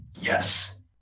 yes